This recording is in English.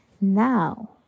Now